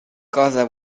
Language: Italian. cosa